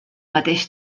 mateix